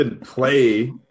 play